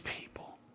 people